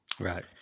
Right